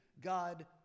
God